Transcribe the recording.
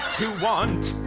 to want.